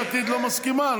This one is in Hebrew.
יש עתיד לא מסכימה.